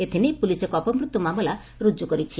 ଏଥି ନେଇ ପୁଲିସ୍ ଏକ ଅପମୃତ୍ୟୁ ମାମଲା ରୁଜୁ କରିଛି